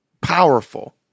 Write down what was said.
Powerful